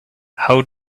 how